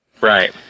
right